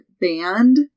band